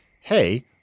hey